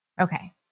okay